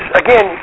again